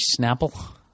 Snapple